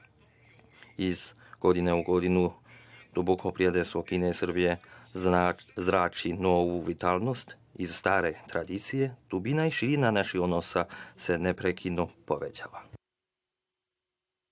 Iz godine u godinu duboko prijateljstvo Kine i Srbije zrači novu vitalnost iz stare tradicije dubina i širina naših odnosa neprekidno se povećava.